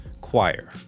Choir